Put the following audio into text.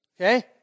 okay